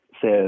says